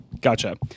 Gotcha